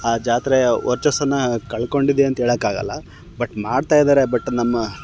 ಆ ಜಾತ್ರೆಯ ವರ್ಚಸ್ಸನ್ನು ಕಳ್ಕೊಂಡಿದೆ ಅಂತ ಹೇಳೋಕೆ ಆಗೋಲ್ಲ ಬಟ್ ಮಾಡ್ತಾಯಿದ್ದಾರೆ ಬಟ್ ನಮ್ಮ